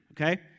okay